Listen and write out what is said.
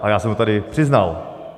A já jsem to tady přiznal.